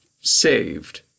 saved